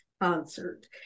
concert